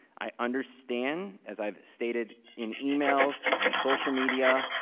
i understand, as i've stated in emails, on social media,